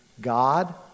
God